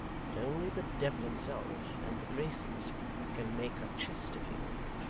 but only the devil himself and the graces can make a chesterfield